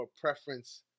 preference